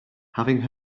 having